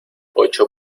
ocho